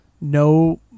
no